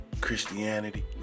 Christianity